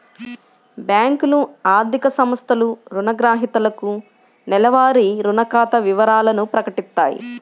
బ్యేంకులు, ఆర్థిక సంస్థలు రుణగ్రహీతలకు నెలవారీ రుణ ఖాతా వివరాలను ప్రకటిత్తాయి